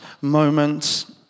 moments